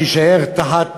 שלא יישאר תחת